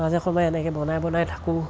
মাজে সময়ে এনেকৈ বনাই বনাই থাকোঁ